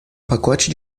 pacote